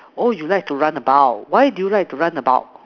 oh you like to run about why do you like to run about